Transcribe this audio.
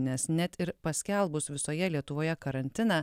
nes net ir paskelbus visoje lietuvoje karantiną